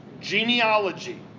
Genealogy